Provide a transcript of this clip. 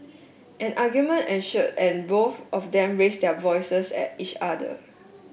an argument ensued and both of them raised their voices at each other